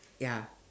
ya